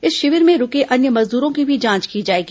इस शिविर में रूके अन्य मजदूरों की भी जांच की जाएगी